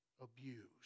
abused